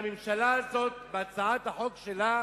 הממשלה הזאת בהצעת החוק שלה